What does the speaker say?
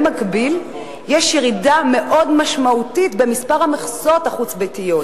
במקביל יש ירידה מאוד משמעותית במספר המכסות החוץ-ביתיות.